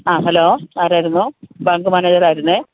ആ ഹലോ ആരായിരുന്നു ബാങ്ക് മാനേജറായിരുന്നേ